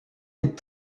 est